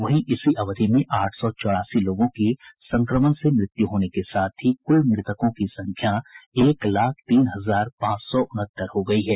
वहीं इसी अवधि में आठ सौ चौरासी लोगों की संक्रमण से मृत्यु होने के साथ ही कुल मृतकों की संख्या एक लाख तीन हजार पांच सौ उनहत्तर हो गई है